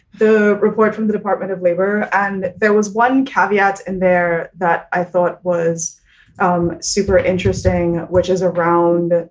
the report from the department of labor and there was one caveat in there that i thought was um super interesting, which is around,